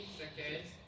seconds